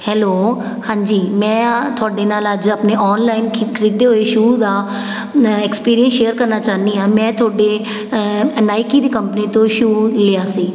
hello ਹਾਂਜੀ ਮੈਂ ਅ ਤੁਹਾਡੇ ਨਾਲ ਅੱਜ ਆਪਣੇ ਔਨਲਾਈਨ ਖਰੀਦੇ ਹੋਏ ਸ਼ੂ ਦਾ ਮੈਂ ਐਕਸਪੀਰੀਅੰਸ ਸ਼ੇਅਰ ਕਰਨਾ ਚਾਹੁੰਦੀ ਹਾਂ ਮੈਂ ਤੁਹਾਡੇ ਨਾਇਕੀ ਦੀ ਕੰਪਨੀ ਤੋਂ ਸ਼ੂ ਲਿਆ ਸੀ